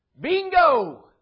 bingo